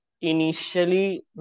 Initially